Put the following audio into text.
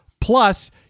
Plus